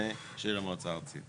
אז הסמכות עוברת לזה ותשנה את כל הרחוב.